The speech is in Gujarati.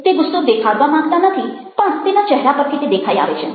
તે ગુસ્સો દેખાડવા માંગતા નથી પણ તેના ચહેરા પરથી તે દેખાઈ આવે છે